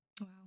Wow